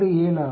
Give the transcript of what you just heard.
67 ஆகும்